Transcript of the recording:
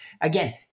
again